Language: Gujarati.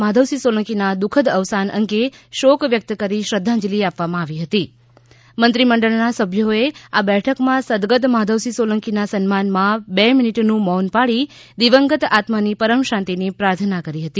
માધવસિંહ સોલંકીના દુઃખદ અવસાન અંગે શોક વ્યક્ત કરી શ્રદ્ધાંજલી આપવામાં આવી હતી મંત્રી મંડળના સભ્યોએ આ બેઠકમાં સદગત માધવસિંહ સોલંકીના સન્માનમાં બે મિનિટનું મૌન પાળી દિવંગત આત્માની પરમ શાંતિની પ્રાર્થના કરી હતી